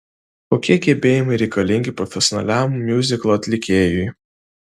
kokie gebėjimai reikalingi profesionaliam miuziklo atlikėjui